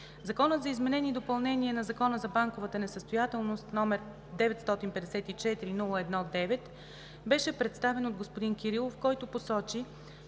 Законопроектът за изменение и допълнение на Закона за банковата несъстоятелност, № 954-01-9, беше представен от господин Кирилов, който посочи,